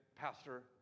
Pastor